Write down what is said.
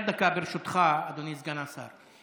יואב, תישאר דקה, ברשותך, אדוני סגן השר.